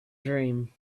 dream